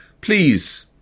Please